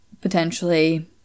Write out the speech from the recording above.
potentially